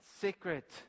secret